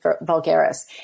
vulgaris